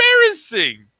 embarrassing